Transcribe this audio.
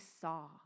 saw